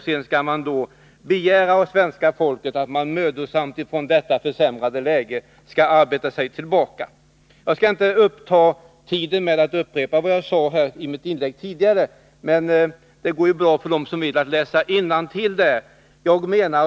Sedan begär man att det svenska folket, från detta försämrade läge, mödosamt skall arbeta sig tillbaka. Jag skall inte uppta tid med att upprepa vad jag sade i mitt tidigare inlägg. Det går bra för den som vill att i protokollet läsa innantill vad jag sade.